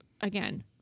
again